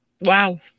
Wow